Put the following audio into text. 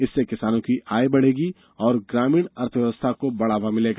इससे किसानों की आय बढेगी और ग्रामीण अर्थव्यवस्था को बढावा मिलेगा